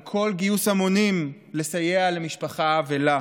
על כל גיוס המונים לסייע למשפה אבלה,